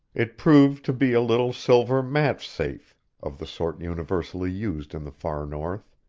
it proved to be a little silver match-safe of the sort universally used in the far north.